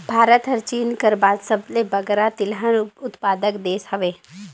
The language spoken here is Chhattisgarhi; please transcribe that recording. भारत हर चीन कर बाद सबले बगरा तिलहन उत्पादक देस हवे